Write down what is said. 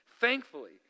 thankfully